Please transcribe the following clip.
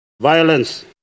violence